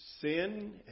Sin